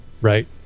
right